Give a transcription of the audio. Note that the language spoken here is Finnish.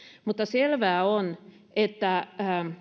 mutta selvää on että